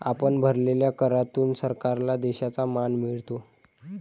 आपण भरलेल्या करातून सरकारला देशाचा मान मिळतो